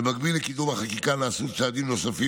במקביל לקידום החקיקה נעשו צעדים נוספים,